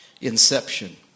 inception